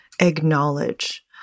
acknowledge